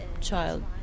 child